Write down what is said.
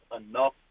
enough